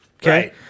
Okay